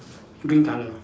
green colour